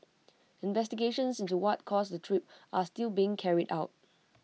investigations into what caused the trip are still being carried out